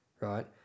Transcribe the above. right